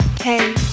Hey